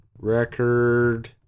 Record